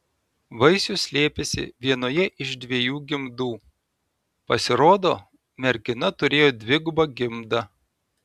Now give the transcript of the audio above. vaisius slėpėsi vienoje iš dviejų gimdų pasirodo mergina turėjo dvigubą gimdą